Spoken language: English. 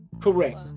correct